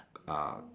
ah